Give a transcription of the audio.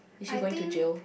I think